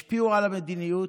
השפיעו על המדיניות.